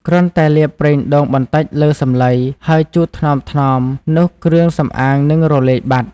គ្រាន់តែលាបប្រេងដូងបន្តិចលើសំឡី ហើយជូតថ្នមៗ នោះគ្រឿងសម្អាងនឹងរលាយបាត់។